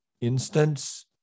instance